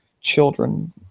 children